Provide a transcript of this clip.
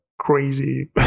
crazy